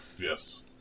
yes